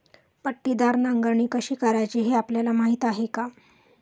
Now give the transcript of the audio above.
पट्टीदार नांगरणी कशी करायची हे आपल्याला माहीत आहे का?